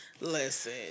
listen